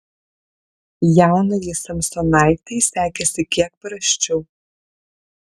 jaunajai samsonaitei sekėsi kiek prasčiau